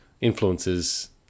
influences